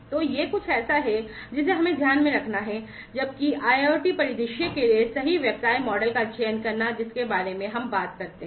तो यह कुछ ऐसा है जिसे हमें ध्यान में रखना है जबकि IIoT परिदृश्य के लिए सही व्यवसाय मॉडल का चयन करना है जिसके बारे में हम बात करते हैं